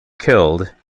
killed